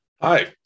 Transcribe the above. Hi